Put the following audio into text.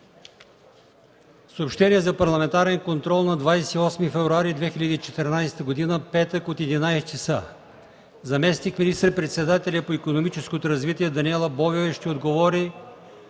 съобщенията за Парламентарен контрол на 28 февруари 2014 г., петък, 11,00 часа. Заместник министър-председателят по икономическото развитие Даниела Бобева ще отговори